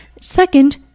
Second